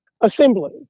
assembly